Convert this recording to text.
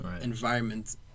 environment